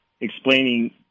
explaining